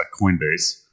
Coinbase